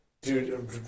Dude